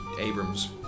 Abrams